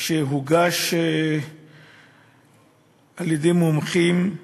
שהוגש על-ידי מומחים,